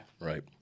Right